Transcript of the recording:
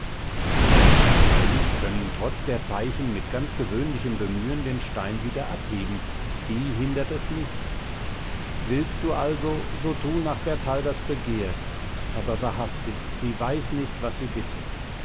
menschen freilich können trotz der zeichen mit ganz gewöhnlichem bemühen den stein wieder abheben die hindert es nicht willst du also so tu nach bertaldas begehr aber wahrhaftig sie weiß nicht was sie bittet